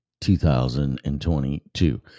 2022